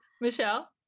Michelle